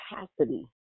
capacity